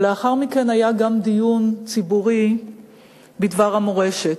לאחר מכן היה גם דיון ציבורי בדבר המורשת: